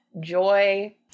joy